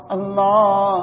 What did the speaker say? Allah